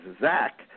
Zach